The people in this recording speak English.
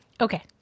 Okay